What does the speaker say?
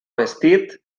vestit